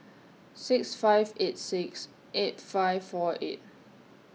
six five eight six eight five four eight